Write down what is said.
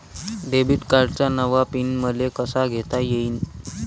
Debit कार्डचा नवा pin मले कसा घेता येईन?